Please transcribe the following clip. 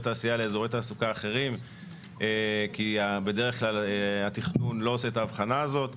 תעשייה לאיזורי תעסוקה אחרים כי בדרך כלל התכנון לא עושה את ההבחנה הזאת.